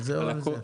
על זה או על זה?